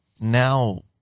now